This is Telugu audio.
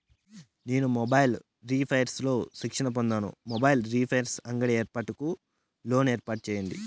నేను మొబైల్స్ రిపైర్స్ లో శిక్షణ పొందాను, మొబైల్ రిపైర్స్ అంగడి ఏర్పాటుకు లోను ఏర్పాటు సేయండి?